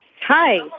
Hi